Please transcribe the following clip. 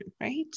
right